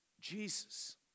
Jesus